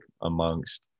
amongst